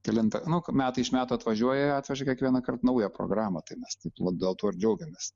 kelintą nu metai iš metų atvažiuoja atveža kiekvienąkart naują programą tai mes taip vat dėl to ir džiaugiamės